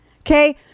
okay